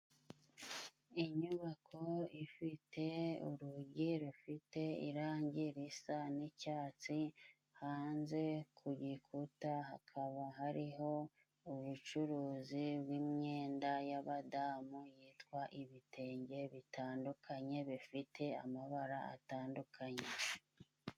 Inyubako ifite urugi, rufite irangi risa n'icyatsi, hanze ku gikuta hakaba hariho ubucuruzi bw'imyenda y'abadamu, yitwa ibitenge bitandukanye, bifite amabara atandukanye.